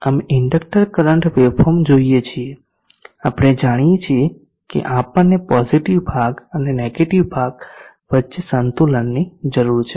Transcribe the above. અમે inductor current waveform જોઈએ છીએ આપણે જાણીએ છીએ કે આપણને પોઝીટીવ ભાગ અને નેગેટીવ ભાગ વચ્ચે સંતુલનની જરૂર છે